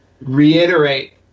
reiterate